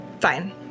Fine